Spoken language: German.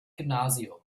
gymnasium